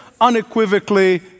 unequivocally